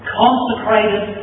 consecrated